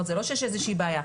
זה לא שיש איזושהי בעיה.